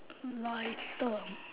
whiter